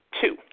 Two